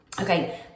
okay